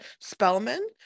Spellman